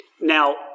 Now